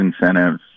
incentives